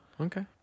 Okay